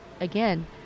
again